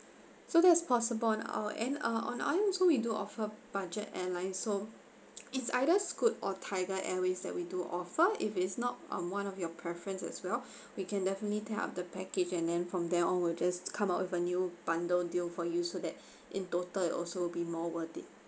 so that's possible on our end uh on our end also we do her budget airline so it's either scoot or tiger airways that we do offer if it's not um one of your preference as well we can definitely take up the package and then from there on will just come up with a new bundle deal for you so that in total it will also be more worth it